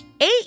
Eight